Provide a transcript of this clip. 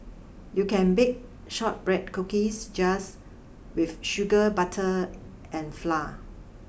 you can bake shortbread cookies just with sugar butter and flour